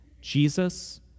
Jesus